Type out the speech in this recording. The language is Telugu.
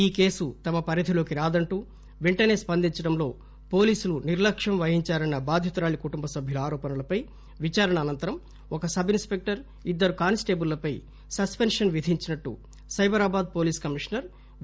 ఈ కేసు తమ పరిధిలోకి రాదంటూ పెంటనే స్పందించడంలో పోలీసులు నిర్లక్ష్యం వహించారన్న బాధితురాలి కుటుంబ సభ్యుల ఆరోపణలపై విచారణ అనంతరం ఒక సబ్ ఇన్ స్పెక్టర్ ఇద్దరు కానిస్టేబుళ్లపై సస్పిన్షన్ విధించినట్లు సైబరాబాద్ పోలీస్ కమీషనర్ వి